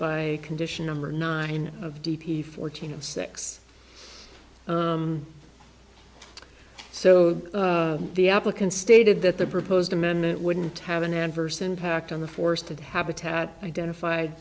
by condition number nine of d p fourteen and six so the applicant stated that the proposed amendment wouldn't have an adverse impact on the force that habitat identified